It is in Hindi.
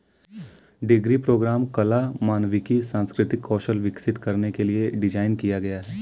डिग्री प्रोग्राम कला, मानविकी, सांस्कृतिक कौशल विकसित करने के लिए डिज़ाइन किया है